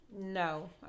No